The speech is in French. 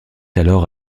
alors